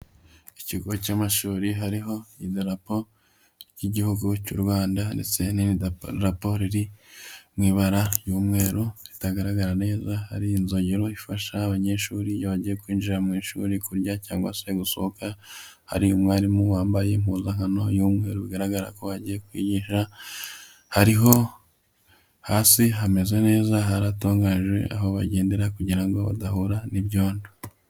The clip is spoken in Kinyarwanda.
Mu kigo cy'amashuri hariho idarapo ry'igihugu cy'u Rwanda ndetse n'irindi darapo riri mu ibara ry'umweru ritagaragara neza, hari inzogera ifasha abanyeshuri, iyo bagiye kwinjira mu ishuri, kurya cyangwa se gusohoka. Hari umwarimu wambaye impuzakano y'umweru, bigaragara ko agiye kwigisha. Hariho hasi hameze neza, haratunganijwe, aho bagendera kugira ngo badahura n'ibyondo.